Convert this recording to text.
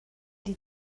die